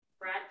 Brad